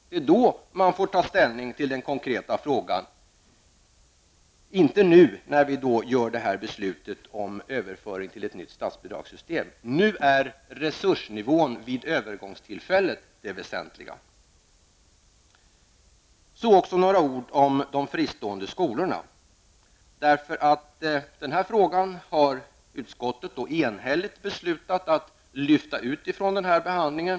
Det är ju då man får ta ställning till den konkreta frågan -- inte nu, när vi fattar beslut om överföring till ett nytt statsbidragssystem. Det väsentliga nu är resursnivån vid övergångstillfället. Så några ord om de fristående skolorna. Denna fråga har utskottet enhälligt bestämt sig för att lyfta ut från den övriga behandlingen.